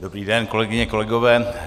Dobrý den, kolegyně, kolegové.